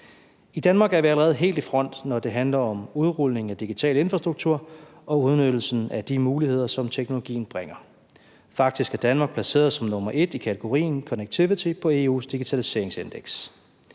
I Danmark er vi allerede helt i front, når det handler om udrulning af digital infrastruktur og udnyttelsen af de muligheder, som teknologien bringer. Faktisk er Danmark placeret som nr. 1 i kategorien connectivity på EU's digitaliseringsindeks.